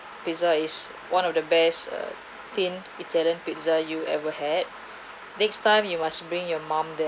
pizza is one of the best uh thin italian pizza you ever had next time you must bring your mom there